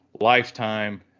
lifetime